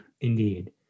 Indeed